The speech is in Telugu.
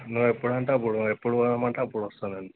నువ్వు ఎప్పుడు అంటే అప్పుడు నువ్వు ఎప్పుడు పోదాం అంటే అప్పుడు వస్తా నేను